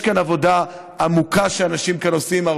יש כאן עבודה עמוקה שאנשים כאן עושים,